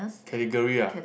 category uh